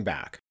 Back